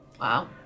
Wow